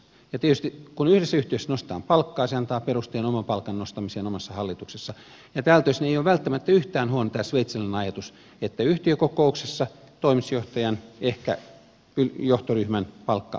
ja tietysti kun yhdessä yhtiössä nostetaan palkkaa se antaa perusteen oman palkan nostamiseen omassa hallituksessa ja tältä osin ei ole välttämättä yhtään huono tämä sveitsiläinen ajatus että yhtiökokouksessa toimitusjohtajan ehkä johtoryhmän palkka päätettäisiin